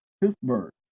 Pittsburgh